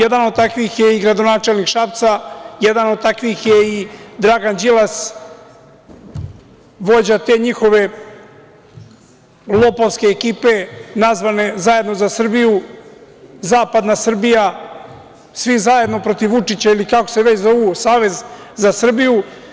Jedan od takvih je i gradonačelnik Šapca, jedan od takvih je i Dragan Đilas vođa te njihove lopovske ekipe nazvane Zajedno za Srbiju, zapadna Srbija, svi zajedno protiv Vučića ili kako se već zovu Savez za Srbiju.